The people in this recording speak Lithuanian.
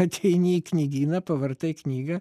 ateini į knygyną pavartai knygą